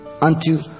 unto